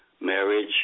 marriage